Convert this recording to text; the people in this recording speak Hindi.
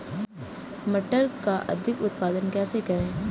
मटर का अधिक उत्पादन कैसे करें?